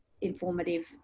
informative